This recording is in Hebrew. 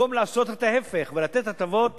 במקום לעשות את ההיפך ולתת הטבות